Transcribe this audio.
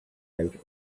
out